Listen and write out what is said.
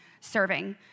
serving